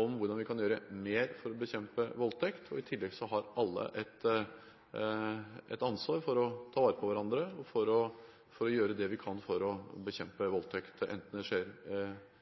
om hvordan vi kan gjøre mer for å bekjempe voldtekt. I tillegg har vi alle et ansvar for å ta vare på hverandre og gjøre det vi kan for å bekjempe voldtekt, enten det skjer